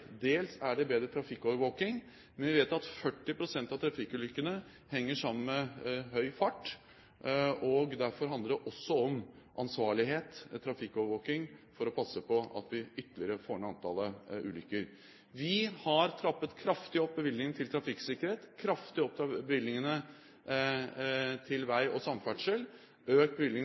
dels er det bedre trafikkovervåking. Men vi vet at 40 pst. av trafikkulykkene henger sammen med høy fart, og derfor handler det også om ansvarlighet og trafikkovervåking, for å passe på at vi får ned antall ulykker ytterligere. Vi har trappet kraftig opp bevilgningene til trafikksikkerhet, trappet kraftig opp bevilgningene til vei og samferdsel, økt